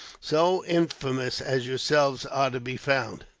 so infamous as yourselves, are to be found.